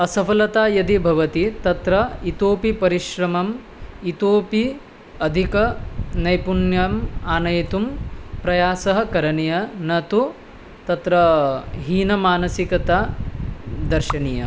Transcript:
असफलता यदि भवति तत्र इतोऽपि परिश्रमम् इतोऽपि अधिकनैपुण्यम् आनेतुं प्रयासः करणीयः न तु तत्र हीनमानसिकता दर्शनीया